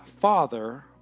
father